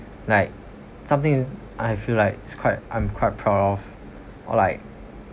like something is I feel like is quite i'm quite proud of or like